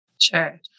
Sure